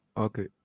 okay